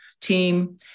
team